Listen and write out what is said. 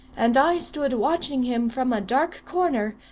and i stood watching him from a dark corner,